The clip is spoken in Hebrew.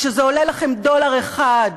כשזה עולה לכם דולר אחד.